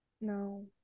No